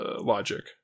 logic